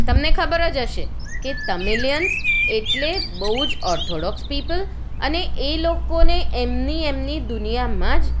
તમને ખબર જ હશે કે તમિલિયન્સ એટલે બહુ જ ઓર્થોડોક્સ પીપલ અને એ લોકોને એમની એમની દુનિયામાં જ